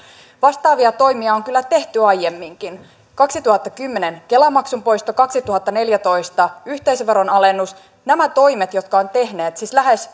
vastaavia toimia on kyllä tehty aiemminkin kaksituhattakymmenen kela maksun poisto kaksituhattaneljätoista yhteisöveron alennus nämä toimet jotka ovat tehneet siis